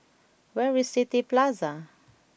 where is City Plaza